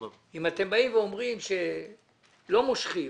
אם אתם באים ואומרים שלא מושכים